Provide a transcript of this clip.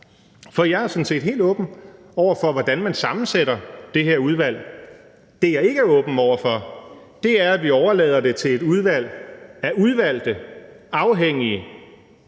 Jeg er sådan set helt åben over for, hvordan man sammensætter det her udvalg. Det, jeg ikke er åben over for, er, at vi overlader det til et udvalg af udvalgte afhængige